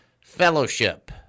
Fellowship